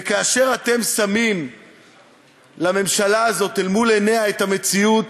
וכאשר אתם שמים לממשלה הזאת אל מול עיניה את המציאות,